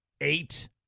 eight